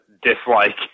Dislike